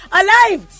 alive